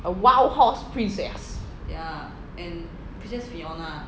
a wild horse princess